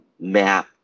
map